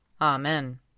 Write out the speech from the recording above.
Amen